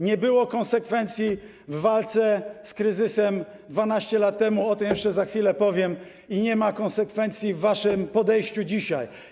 Nie było konsekwencji w walce z kryzysem 12 lat temu - o tym jeszcze za chwilę powiem - i nie ma konsekwencji w waszym podejściu dzisiaj.